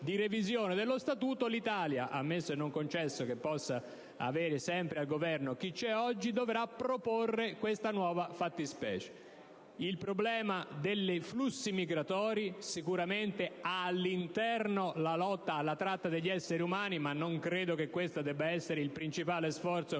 di revisione dello Statuto, l'Italia, ammesso e non concesso che possa avere sempre al Governo chi c'è oggi, dovrà proporre questa nuova fattispecie. Il problema dei flussi migratori sicuramente ha all'interno la lotta alla tratta degli esseri umani, ma non credo che questo debba essere il principale sforzo